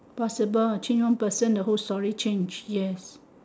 possible change one person the whole story change yes